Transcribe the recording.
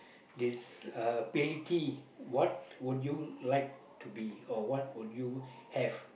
this uh ability what would you like to be or what would you have